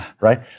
right